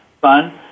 fun